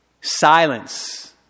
Silence